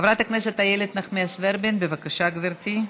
חברת הכנסת איילת נחמיאס ורבין, בבקשה, גברתי.